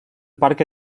parque